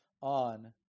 on